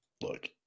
Look